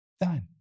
done